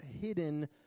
hidden